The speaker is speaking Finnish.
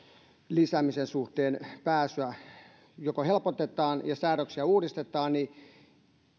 lisäämisen suhteen joko helpotetaan tai säädöksiä uudistetaan niin